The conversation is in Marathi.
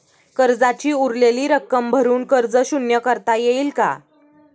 कर्जाची उरलेली रक्कम भरून कर्ज शून्य करता येईल का?